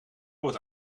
wordt